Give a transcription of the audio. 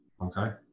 Okay